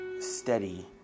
steady